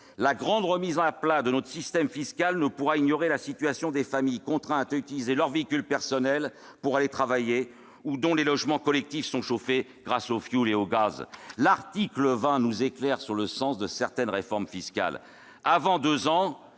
La grande remise à plat de notre système fiscal ne pourra ignorer la situation des familles contraintes d'utiliser leur véhicule personnel pour aller travailler ou dont les logements collectifs sont chauffés grâce au fioul ou au gaz. « L'article 20 nous éclaire sur le sens de certaines réformes fiscales : avant deux ans,